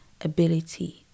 ability